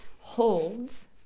holds